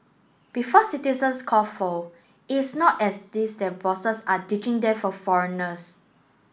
before citizens foul it's not as this their bosses are ditching them for foreigners